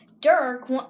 Dirk